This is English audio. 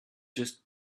just